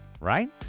Right